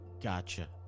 Gotcha